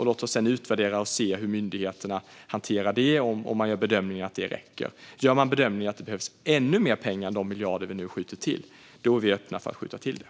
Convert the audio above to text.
Låt oss sedan utvärdera och se hur myndigheterna hanterar det och om man gör bedömningen att det räcker. Gör man bedömningen att det behövs ännu mer pengar än de miljarder vi nu skjuter till är vi öppna för att skjuta till det.